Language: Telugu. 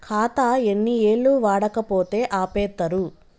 ఖాతా ఎన్ని ఏళ్లు వాడకపోతే ఆపేత్తరు?